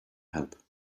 help